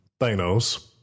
Thanos